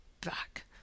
back